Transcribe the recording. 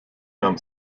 nahm